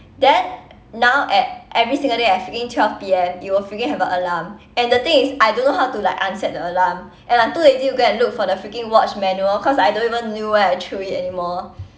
then now at every single day at freaking twelve P_M it will freaking have a alarm and the thing is I don't know how to like unset the alarm and I'm too lazy to go and look for the freaking watch manual cause I don't even knew where I threw it anymore